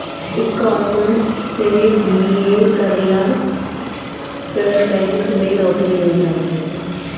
ecommerce से BA करला पअ बैंक में नोकरी मिल जात बाटे